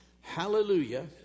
Hallelujah